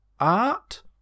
art